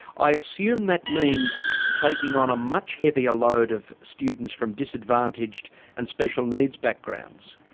i assume that means taking on a much heavier load of students from disadvantaged and special needs backgrounds.